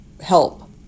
help